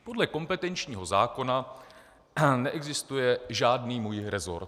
Podle kompetenčního zákona neexistuje žádný můj resort.